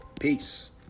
Peace